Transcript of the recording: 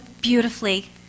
beautifully